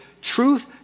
truth